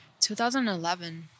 2011